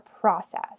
process